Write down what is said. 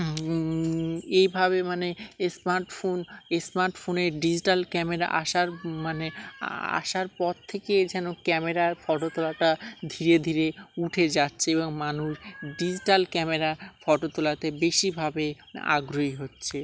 এইভাবে মানে স্মার্টফোন স্মার্টফোনে ডিজিটাল ক্যামেরা আসার মানে আসার পর থেকেই যেন ক্যামেরার ফটো তোলাটা ধীরে ধীরে উঠে যাচ্ছে এবং মানুষ ডিজিটাল ক্যামেরা ফটো তোলাতে বেশিভাবে আগ্রহী হচ্ছে